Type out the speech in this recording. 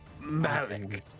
Malik